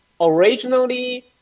originally